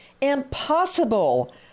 impossible